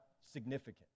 significant